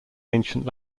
ancient